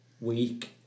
week